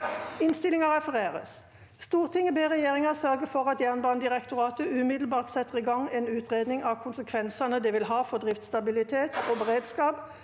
følgende v e d t a k : Stortinget ber regjeringen sørge for at Jernbanedirektoratet umiddelbart setter i gang en utredning av konsekvensene det vil ha for driftsstabilitet og beredskap